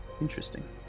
interesting